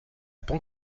pans